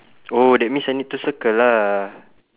oh that means I need to circle lah